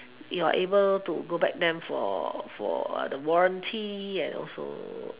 you're able to go back them for for the warranty and also